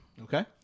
Okay